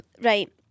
right